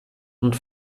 und